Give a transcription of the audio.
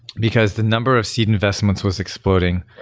because the number of seed investments was exploding,